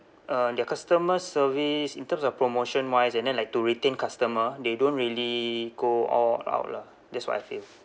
uh their customer service in terms of promotion wise and then like to retain customer they don't really go all out lah that's what I feel